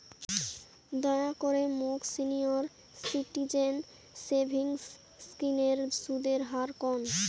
দয়া করে মোক সিনিয়র সিটিজেন সেভিংস স্কিমের সুদের হার কন